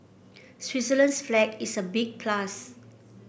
Switzerland's flag is a big plus